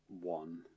one